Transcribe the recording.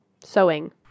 sewing